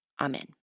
Amen